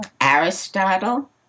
Aristotle